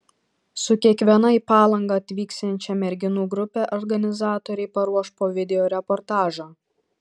su kiekviena į palangą atvyksiančia merginų grupe organizatoriai paruoš po video reportažą